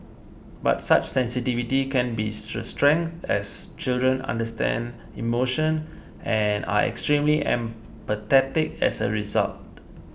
but such sensitivity can be strength as children understand emotion and are extremely empathetic as a result